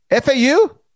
FAU